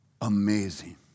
amazing